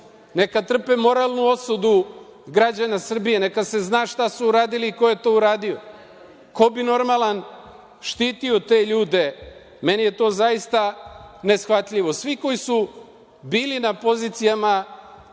neka trpe moralnu osudu građana Srbije, neka se zna šta su uradili i ko je to uradio. Ko bi normalan štitio te ljude? Meni je to zaista neshvatljivo. Svi koji su bili na odgovornim